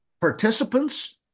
participants